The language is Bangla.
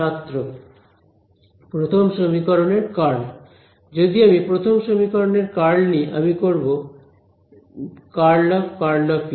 ছাত্র প্রথম সমীকরণের কার্ল যদি আমি প্রথম সমীকরণের কার্ল নিই আমি করব ∇×∇× E